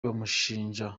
bamushinja